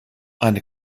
eine